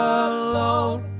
alone